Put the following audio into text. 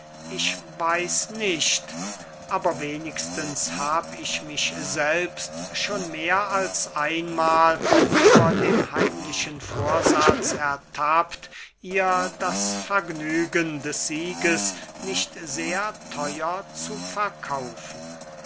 ich weiß nicht aber wenigstens hab ich mich selbst schon mehr als einmahl über dem heimlichen vorsatz ertappt ihr das vergnügen des sieges nicht sehr theuer zu verkaufen